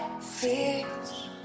fears